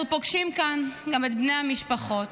אנחנו פוגשים כאן גם את בני המשפחות.